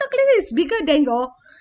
calculator is bigger than your